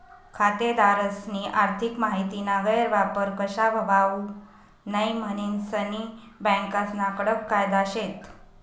खातेदारस्नी आर्थिक माहितीना गैरवापर कशा व्हवावू नै म्हनीन सनी बँकास्ना कडक कायदा शेत